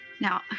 Now